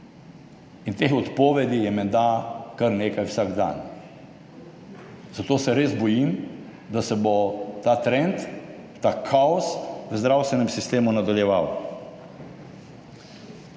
In teh odpovedi je menda kar nekaj vsak dan. Zato se res bojim, da se bo ta trend, ta kaos v zdravstvenem sistemu nadaljeval.